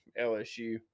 LSU